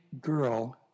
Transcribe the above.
girl